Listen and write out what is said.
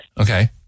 Okay